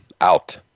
out